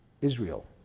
Israel